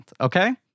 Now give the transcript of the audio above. Okay